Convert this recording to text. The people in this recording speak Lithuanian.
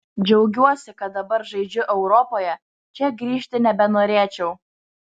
džiaugiuosi kad dabar žaidžiu europoje čia grįžti nebenorėčiau